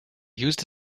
used